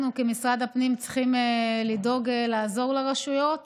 אנחנו במשרד הפנים צריכים לדאוג לעזור לרשויות